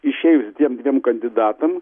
išėjus tiem dviem kandidatam